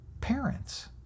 parents